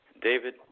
David